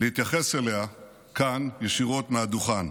להתייחס אליה כאן, ישירות מהדוכן.